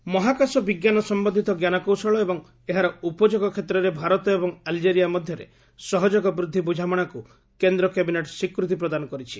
cabinet ମହାକାଶ ବିଜ୍ଞାନ ସମ୍ଭନ୍ଧୀତ ଜ୍ଞାନକୌଶଳ ଏବଂ ଏହାର ଉପଯୋଗ କ୍ଷେତ୍ରରେ ଭାରତ ଏବଂ ଆଲ୍ଜେରିଆ ମଧ୍ୟରେ ସହଯୋଗ ବୃଦ୍ଧି ବୁଝାମଣାକୁ କେନ୍ଦ୍ର କ୍ୟାବିନେଟ୍ ସ୍ୱାକୃତି ପ୍ରଦାନ କରିଛି